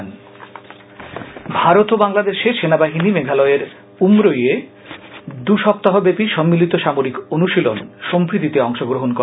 সম্প্রীতি ভারত ও বাংলাদেশের সেনাবাহিনী মেঘালয়ের উমরইয়ে দু সপ্তাহব্যাপী সম্মিলিত সামরিক অনুশীলন সম্প্রীতিতে অংশগ্রহণ করে